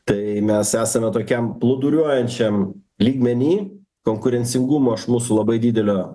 tai mes esame tokiam plūduriuojančiam lygmeny konkurencingumo iš mūsų labai didelio